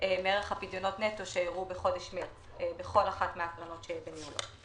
מערך הפדיונות נטו שאירעו בחודש מרץ בכל אחת מן הקרנות שבניהול.